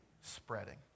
spreading